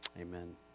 Amen